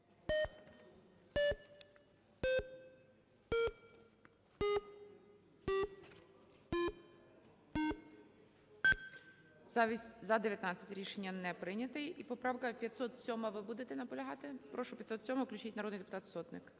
За-19 Рішення не прийнято. І поправка 507. Ви будете наполягати? Прошу, 507-а, включіть, народний депутат Сотник.